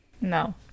No